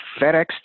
FedEx